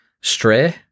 Stray